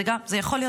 זה יכול להיות,